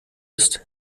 ist